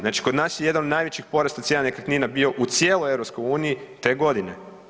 Znači kod nas je jedan od najvećih porasta cijena nekretnina u cijeloj EU te godine.